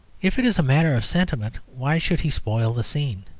if it is a matter of sentiment, why should he spoil the scene?